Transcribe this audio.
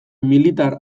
militar